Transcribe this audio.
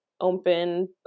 open